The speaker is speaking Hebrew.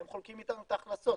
אתם חולקים איתנו את ההכנסות,